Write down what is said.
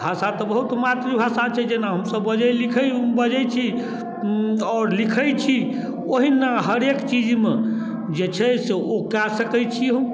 भाषा तऽ बहुत मातृभाषा छै जेना हमसभ बजै लिखै बजै छी आओर लिखै छी ओहिना हरेक चीजमे जे छै से ओ कए सकै छी हम